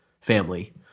family